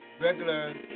regular